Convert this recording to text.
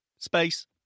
Space